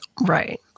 Right